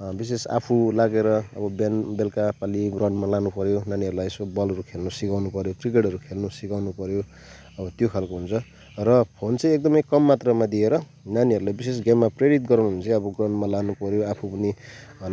विशेष आफू लागेर अब बिहान बेलुका पाली ग्राउनमा लानु पर्यो नानीहरूलाई यसो बलहरू खेल्न सिकाउनु पर्यो क्रिकेटहरू खेल्न सिकाउनु पर्यो अब त्यो खालको हुन्छ र फोन चाहिँ एकदमै कम मात्रामा दिएर नानीहरूलाई विशेष गेममा प्रेरित गराउन हो भने चाहिँ अब ग्राउन्डमा लानु पर्यो आफू पनि